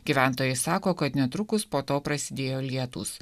gyventojai sako kad netrukus po to prasidėjo lietūs